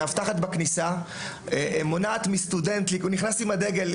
המאבטחת בכניסה מונעת מסטודנט להיכנס עם הדגל.